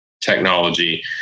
technology